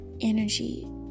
energy